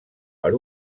per